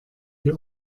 die